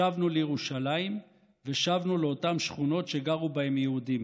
שבנו לירושלים ושבנו לאותן שכונות שגרו בהן יהודים.